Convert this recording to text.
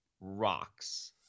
rocks